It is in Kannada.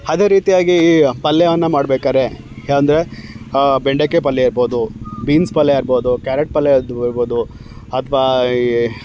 ಅದೇ ರೀತಿಯಾಗಿ ಈ ಪಲ್ಯವನ್ನು ಮಾಡ್ಬೇಕಾದ್ರೆ ಏನಂದರೆ ಬೆಂಡೆಕಾಯಿ ಪಲ್ಯ ಇರ್ಬೋದು ಬೀನ್ಸ್ ಪಲ್ಯ ಇರ್ಬೋದು ಕ್ಯಾರೆಟ್ ಪಲ್ಯ ಇರ್ಬೋದು ಅಥ್ವಾ ಈ